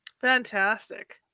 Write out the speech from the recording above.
Fantastic